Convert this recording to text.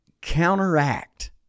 counteract